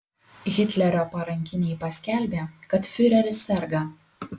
hitlerio parankiniai paskelbė kad fiureris serga